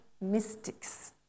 mystics